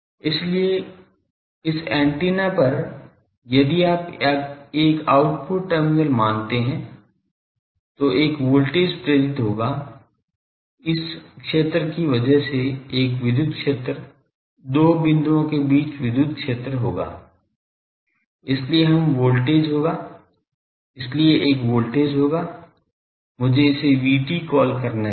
इसलिए इस एंटेना पर यदि आप एक आउटपुट टर्मिनल मानते हैं तो एक वोल्टेज प्रेरित होगा इस क्षेत्र की वजह से एक विद्युत क्षेत्र दो बिंदुओं के बीच विद्युत क्षेत्र होगा इसलिए एक वोल्टेज होगा मुझे इसे VT कॉल करने दें